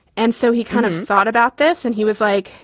and so he kind of thought about this and he was like.